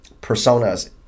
persona's